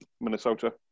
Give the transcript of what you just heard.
Minnesota